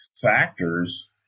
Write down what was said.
factors